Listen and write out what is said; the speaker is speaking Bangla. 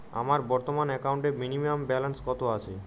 আমার বর্তমান একাউন্টে মিনিমাম ব্যালেন্স কত আছে?